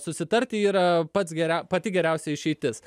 susitarti yra pats geriau pati geriausia išeitis